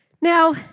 Now